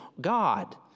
God